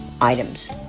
items